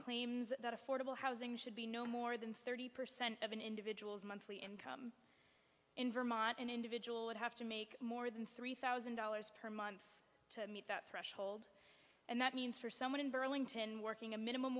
claims that affordable housing should be no more than thirty percent of an individual's monthly income in vermont an individual would have to make more than three thousand dollars per month to meet that threshold and that means for someone in burlington working a minimum